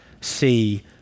see